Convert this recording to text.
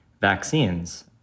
vaccines